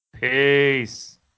Peace